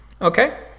Okay